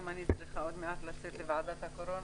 גם אני צריכה עוד מעט לצאת לוועדת הקורונה,